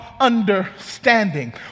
understanding